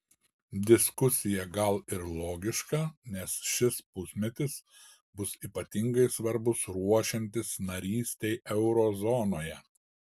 diskusija gal ir logiška nes šis pusmetis bus ypatingai svarbus ruošiantis narystei euro zonoje